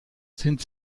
sind